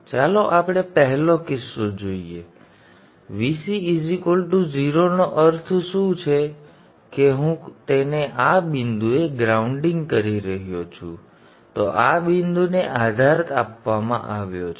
હવે ચાલો આપણે પહેલો કિસ્સો લઈએ જો Vc 0 નો અર્થ શું છે કે હું તેને આ બિંદુએ ગ્રાઉન્ડિંગ કરી રહ્યો છું તો આ બિંદુને આધાર આપવામાં આવ્યો છે